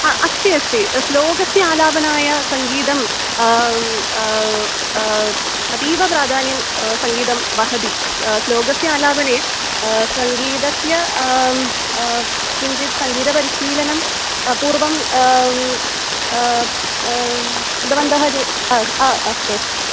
हा अस्ति अस्ति श्लोकस्य आलापनाय सङ्गीतम् अतीव प्राधान्यं सङ्गीतं वहदि श्लोकस्य आलापने सङ्गीतस्य किञ्चित् सङ्गीतपरिशीलनं पूर्वं कृतवन्तः इति आ आ अस्तु अस्तु